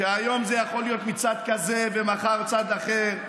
תבינו שהיום זה יכול להיות מצד כזה ומחר צד אחר,